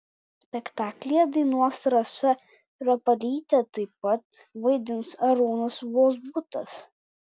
spektaklyje dainuos rasa rapalytė taip pat vaidins arūnas vozbutas